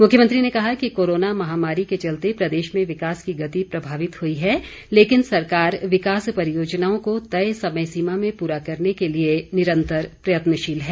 मुख्यमंत्री ने कहा कि कोरोना महामारी के चलते प्रदेश में विकास की गति प्रभावित हुई है लेकिन सरकार विकास परियोजनाओं को तय समय सीमा में पूरा करने के लिए निरंतर प्रयत्नशील है